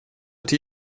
till